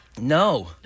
No